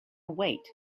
wait